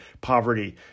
poverty